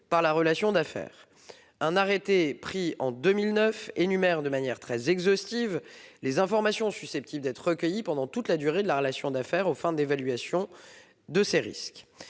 par la relation d'affaires ». Un arrêté pris en 2009 énumère de manière exhaustive les informations susceptibles d'être recueillies pendant toute la durée de la relation d'affaires aux fins d'évaluation de ces risques.